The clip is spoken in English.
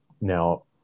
now